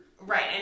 Right